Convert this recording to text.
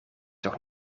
toch